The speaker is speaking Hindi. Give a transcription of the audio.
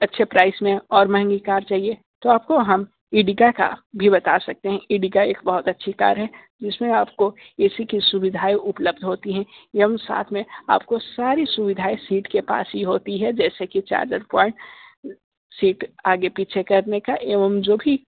अच्छे प्राइस में और महंगी कार चाहिए तो आपको हम ईडीका भी बता सकते हैं ईडीका एक बहुत अच्छी कार है जिसमें आपको ए सी की सुविधाएं उपलब्ध होती हैं ये हम साथ में आपको सारी सुविधाएं सीट के पास ही होती है जैसे कि चार्जर पॉइंट सीट आगे पीछे करने का एवं जो भी